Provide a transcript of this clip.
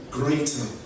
greater